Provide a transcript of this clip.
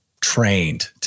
trained